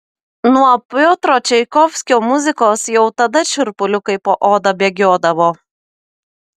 nuo piotro čaikovskio muzikos jau tada šiurpuliukai po oda bėgiodavo